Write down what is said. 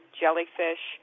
jellyfish